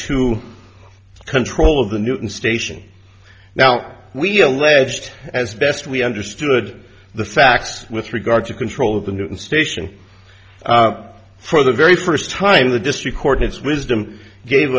to control of the newton station now we alleged as best we understood the facts with regard to control of the newton station for the very first time the district court in its wisdom gave